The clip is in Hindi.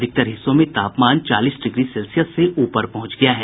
अधिकतर हिस्सों में तापमान चालीस डिग्री सेल्सियस से ऊपर पहुंच गया है